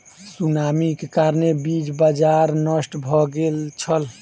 सुनामीक कारणेँ बीज बाजार नष्ट भ गेल छल